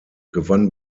gewann